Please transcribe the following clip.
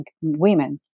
women